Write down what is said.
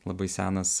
labai senas